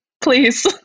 Please